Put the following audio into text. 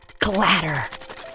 clatter